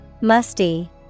Musty